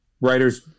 writers